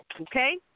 Okay